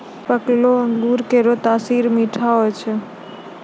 पकलो अंगूर केरो तासीर मीठा होय छै